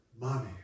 Mommy